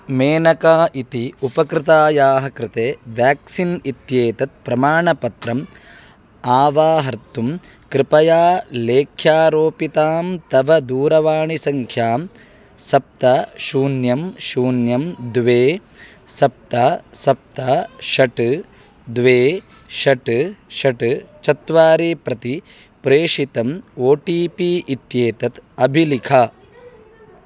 मेनका इति उपकृतायाः कृते व्याक्सिन् इत्येतत् प्रमाणपत्रम् आवाहर्तुं कृपया लेख्यारोपितां तव दूरवाणिसङ्ख्यां सप्त शून्यं शून्यं द्वे सप्त सप्त षट् द्वे षट् षट् चत्वारि प्रति प्रेषितम् ओ टी पी इत्येतत् अभिलिख